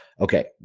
okay